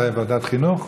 ועדת חינוך?